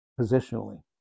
positionally